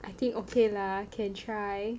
I think okay lah can try